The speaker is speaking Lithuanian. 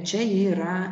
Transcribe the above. čia ji yra